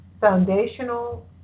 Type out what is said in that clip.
foundational